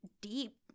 deep